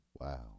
Wow